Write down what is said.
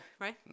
right